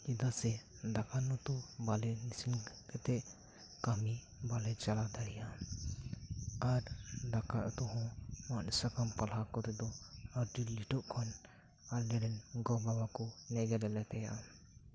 ᱪᱮᱫᱟ ᱜᱥᱮ ᱫᱟᱠᱟ ᱩᱛᱩ ᱵᱟᱞᱮ ᱤᱥᱤᱱ ᱠᱟᱛᱮᱫ ᱠᱟᱹᱢᱤ ᱵᱟᱞᱮ ᱪᱟᱞᱟᱣ ᱫᱟᱲᱮᱭᱟᱜᱼᱟ ᱟᱨ ᱫᱟᱠᱟ ᱩᱛᱩ ᱢᱟᱴ ᱥᱟᱠᱟᱢ ᱯᱟᱞᱟ ᱠᱚᱛᱮ ᱫᱚ ᱟᱹᱰᱤ ᱞᱮᱴᱚᱜ ᱠᱷᱟᱱ ᱟᱞᱮ ᱨᱮᱱ ᱜᱚ ᱵᱟᱵᱟ ᱠᱚ ᱮᱜᱮᱨᱮᱫ ᱞᱮ ᱛᱟᱦᱮᱸᱫᱼᱟ